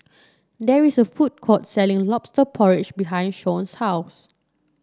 there is a food court selling lobster porridge behind Shon's house